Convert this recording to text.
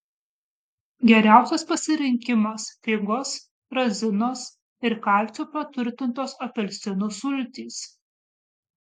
geriausias pasirinkimas figos razinos ir kalciu praturtintos apelsinų sultys